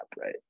right